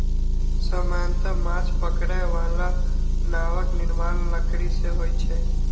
सामान्यतः माछ पकड़ै बला नावक निर्माण लकड़ी सं होइ छै